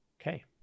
Okay